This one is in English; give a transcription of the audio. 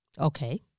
okay